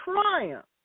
triumph